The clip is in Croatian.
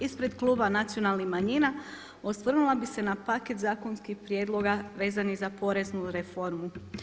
Ispred kluba nacionalnih manjina osvrnula bih se na paket zakonskih prijedloga vezanih za poreznu reformu.